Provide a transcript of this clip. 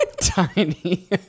tiny